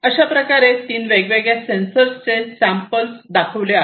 अशाप्रकारे तीन वेगवेगळ्या सेन्सर्सचे सॅम्पल दाखविले आहे